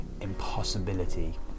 impossibility